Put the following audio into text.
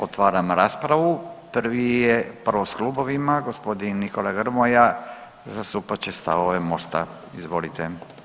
Otvaram raspravu, prvi je, prvo s klubovima g. Nikola Grmoja zastupat će stavove Mosta, izvolite.